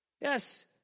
Yes